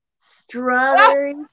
strawberry